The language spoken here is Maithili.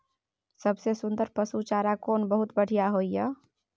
सबसे सुन्दर पसु चारा कोन बहुत बढियां होय इ?